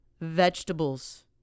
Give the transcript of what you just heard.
vegetables